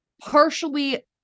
partially